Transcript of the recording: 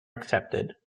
accepted